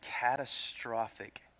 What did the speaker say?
catastrophic